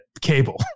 cable